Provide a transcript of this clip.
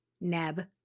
neb